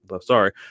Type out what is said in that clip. sorry